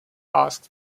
asked